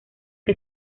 que